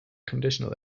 conditional